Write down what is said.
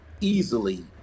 easily